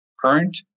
current